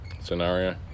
scenario